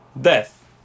Death